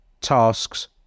tasks